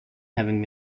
having